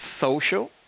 social